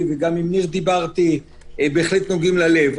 וגם עם ניר דיברתי, בהחלט נוגעים ללב.